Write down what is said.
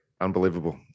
Unbelievable